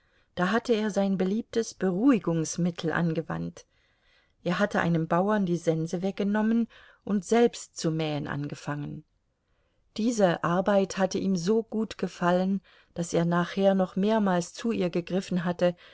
da hatte er sein beliebtes beruhigungsmittel angewandt er hatte einem bauern die sense weggenommen und selbst zu mähen angefangen diese arbeit hatte ihm so gut gefallen daß er nachher noch mehrmals zu ihr gegriffen hatte